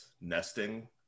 nesting